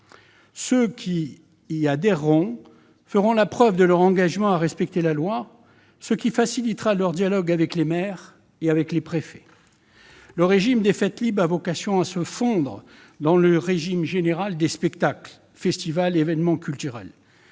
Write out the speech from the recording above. Ceux qui y adhéreront feront la preuve de leur engagement à respecter la loi, ce qui facilitera leur dialogue avec les maires et les préfets. Le régime des fêtes libres a vocation à se fondre dans le régime général des spectacles, festivals et événements culturels,